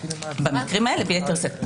במקרים האלה ביתר שאת.